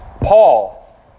Paul